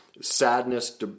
sadness